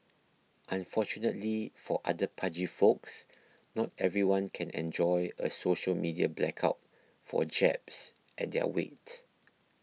unfortunately for other pudgy folks not everyone can enjoy a social media blackout for jabs at their weight